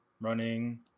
running